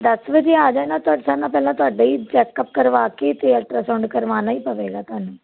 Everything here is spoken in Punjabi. ਦਸ ਵਜੇ ਆ ਜਾਣਾ ਤੁਹਾਡਾ ਸਾਰਿਆਂ ਨਾਲੋਂ ਪਹਿਲਾਂ ਤੁਹਾਡਾ ਹੀ ਚੈਕਅਪ ਕਰਵਾ ਕੇ ਅਤੇ ਅਲਟਰਾਸਾਊਂਡ ਕਰਵਾਉਣਾ ਹੀ ਪਵੇਗਾ ਤੁਹਾਨੂੰ